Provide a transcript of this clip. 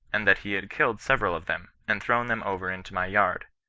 and that he had killed several of them, and thrown them over into my yard.